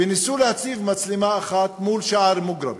וניסו להציב מצלמה אחת מול שער המוגרבים,